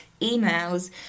emails